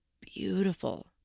beautiful